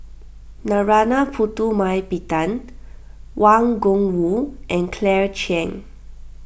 Narana Putumaippittan Wang Gungwu and Claire Chiang